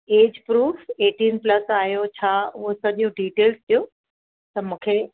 age proof eighteen plus आहियो छा उहे सॼियूं डिटेल्स ॾियो त मूंखे